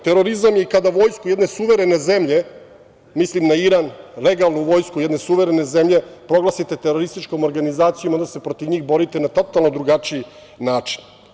Terorizam je i kada vojsku jedne suverene zemlje, mislim na Iran, legalnu vojsku jedne suverene zemlje proglasite terorističkim organizacijom, a onda se protiv njih borite na totalno drugačiji način.